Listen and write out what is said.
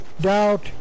Doubt